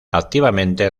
activamente